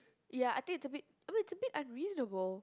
ya I think it's a bit I mean it's a bit unreasonable